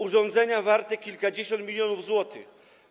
Urządzenia są warte kilkadziesiąt milionów złotych.